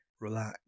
Relax